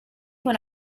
con